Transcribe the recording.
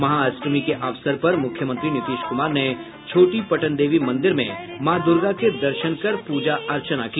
महाअष्टमी के अवसर पर मूख्यमंत्री नीतीश कुमार ने छोटी पटनदेवी मंदिर में माँ दूर्गा के दर्शन कर प्रजा अर्चना की